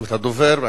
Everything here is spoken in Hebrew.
הדובר,